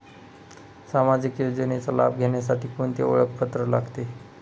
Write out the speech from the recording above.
सामाजिक योजनेचा लाभ घेण्यासाठी कोणते ओळखपत्र लागते?